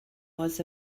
was